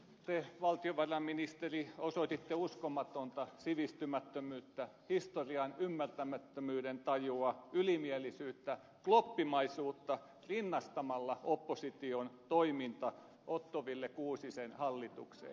te valtiovarainministeri osoititte uskomatonta sivistymättömyyttä historian ymmärtämättömyyden tajua ylimielisyyttä ja kloppimaisuutta rinnastamalla opposition toiminnan otto wille kuusisen hallitukseen